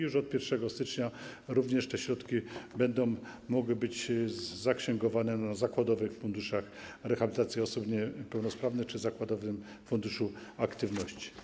Już od 1 stycznia również te środki będą mogły być zaksięgowane na zakładowym funduszu rehabilitacji osób niepełnosprawnych czy zakładowym funduszu aktywności.